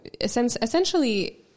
essentially